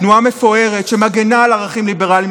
תנועה מפוארת שמגינה על ערכים ליברליים,